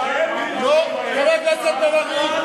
אתה מפלג את העם.